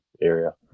area